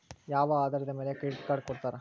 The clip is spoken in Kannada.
ಯಾವ ಆಧಾರದ ಮ್ಯಾಲೆ ಕ್ರೆಡಿಟ್ ಕಾರ್ಡ್ ಕೊಡ್ತಾರ?